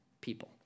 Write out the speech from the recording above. people